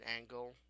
angle